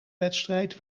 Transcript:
wedstrijd